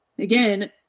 again